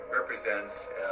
represents